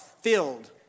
filled